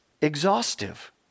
exhaustive